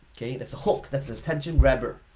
okay? there's a hook. there's an attention grabber.